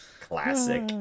Classic